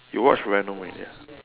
you watch Venom already ah